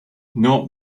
not